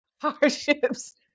hardships